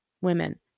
women